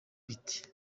bite